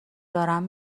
دارم